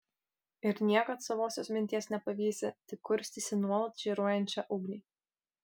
ir niekad savosios minties nepavysi tik kurstysi nuolat žėruojančią ugnį